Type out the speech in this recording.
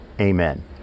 amen